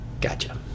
gotcha